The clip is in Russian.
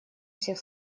всех